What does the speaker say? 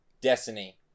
Destiny